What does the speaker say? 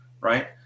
right